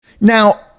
Now